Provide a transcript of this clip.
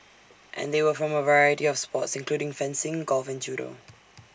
and they were from A variety of sports including fencing golf and judo